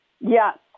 Yes